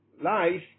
life